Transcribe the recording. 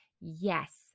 yes